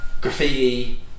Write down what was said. graffiti